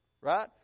right